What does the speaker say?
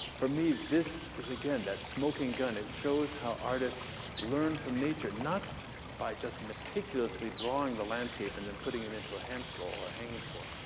for me, this is, again, that smoking gun. it shows how artists learn from nature, not by just meticulously drawing the landscape and then putting it into a handscroll, or hanging scroll,